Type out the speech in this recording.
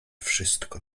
wszystko